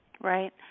Right